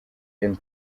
end